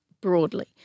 broadly